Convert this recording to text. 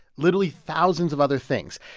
literally thousands of other things.